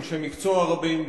אנשי מקצוע רבים,